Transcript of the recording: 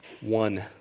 one